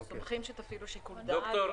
אנחנו סומכים שתפעילו שיקול דעת.